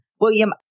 William